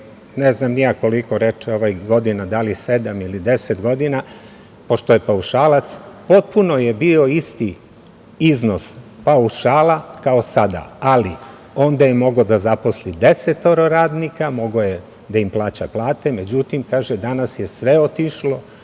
ne znam ni ja koliko godina, ovaj reče, da li sedam ili 10 godina, pošto je paušalac, potpuno je bio isti iznos paušala kao sada, ali onda je mogao da zaposli 10 radnika, mogao je da im plaća plate, međutim, kaže, danas je sve poskupelo,